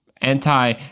anti